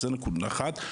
זו נקודה אחת.